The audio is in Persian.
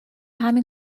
همین